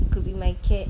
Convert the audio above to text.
it could be my cat